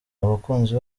abakunzi